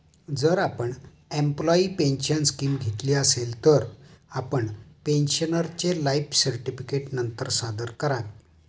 जर आपण employee pension scheme घेतली असेल, तर आपण पेन्शनरचे लाइफ सर्टिफिकेट नंतर सादर करावे